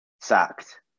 sacked